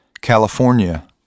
California